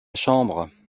chambre